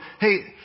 Hey